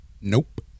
Nope